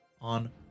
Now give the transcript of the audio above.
on